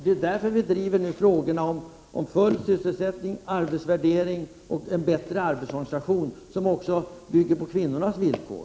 Det är ju därför vi driver frågorna om full sysselsättning, arbetsvärdering och en bättre arbetsorganisation, som också bygger på kvinnornas villkor.